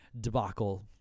debacle